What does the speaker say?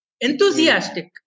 enthusiastic